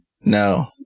No